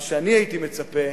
מה שאני הייתי מצפה,